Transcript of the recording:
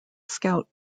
scout